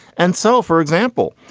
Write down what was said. and so, for example,